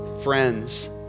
friends